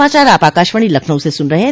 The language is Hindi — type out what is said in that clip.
यह समाचार आप आकाशवाणी लखनऊ से सुन रहे हैं